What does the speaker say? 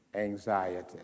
anxiety